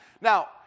now